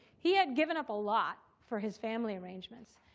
he had given up a lot for his family arrangements.